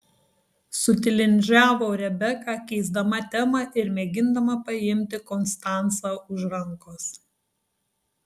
sutilindžiavo rebeka keisdama temą ir mėgindama paimti konstancą už rankos